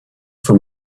for